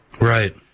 Right